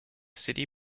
city